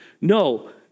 No